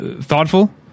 thoughtful